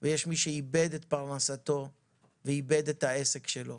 ויש מי שאיבד את פרנסתו ואת העסק שלו